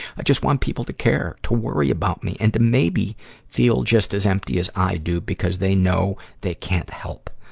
i just want people to care, to worry about me, and to maybe feel just as empty as i do because they know they can't help.